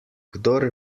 kdor